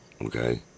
okay